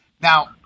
Now